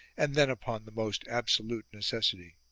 and then upon the most absolute necessity.